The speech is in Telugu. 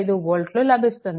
45 వోల్ట్లు లభిస్తుంది